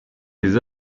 des